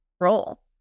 role